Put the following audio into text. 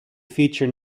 feature